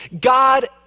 God